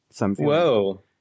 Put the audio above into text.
Whoa